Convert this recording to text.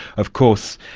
of course,